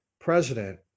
president